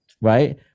right